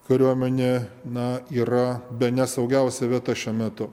kariuomenė na yra bene saugiausia vieta šiuo metu